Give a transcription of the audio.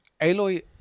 Aloy